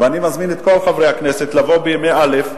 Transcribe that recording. אני מזמין את כל חברי הכנסת לבוא בימי א',